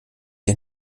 ihr